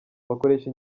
bakoresha